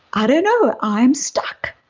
i don't know. i'm stuck.